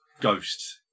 ghosts